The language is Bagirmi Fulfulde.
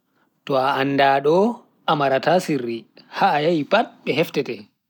To a andaado, a marata sirri, ha a yehi pat be heftete.